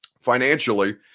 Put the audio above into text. financially